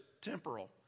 temporal